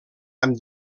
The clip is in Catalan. amb